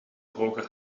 hoger